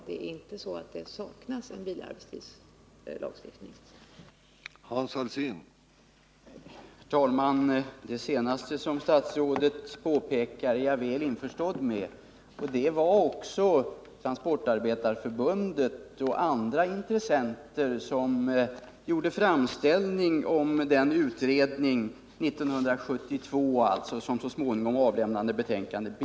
Det är inte så att det saknas en bilarbetstidslagstiftning.